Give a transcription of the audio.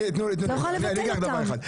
אני רק אגיד לכם דבר אחד.